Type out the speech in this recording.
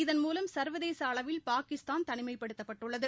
இதன் மூலம் சர்வதேச அளவில் பாகிஸ்தான் தனிமைப் படுத்தப்பட்டுள்ளது